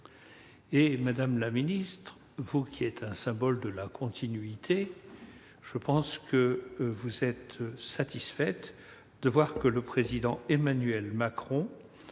» Madame la ministre, vous qui êtes un symbole de la continuité, je pense que vous êtes satisfaite de voir que le président Emmanuel Macron